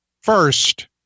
first